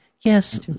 Yes